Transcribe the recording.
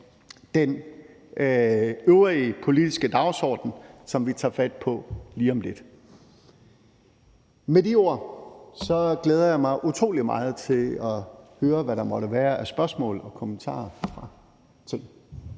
den øvrige politiske dagsorden, som vi tager fat på lige om lidt. Med de ord glæder jeg mig utrolig meget til at høre, hvad der måtte være af spørgsmål og kommentarer